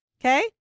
Okay